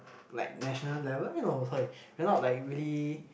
like national level you know sorry cannot like really